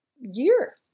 year